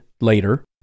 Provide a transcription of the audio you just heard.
later